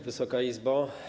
Wysoka Izbo!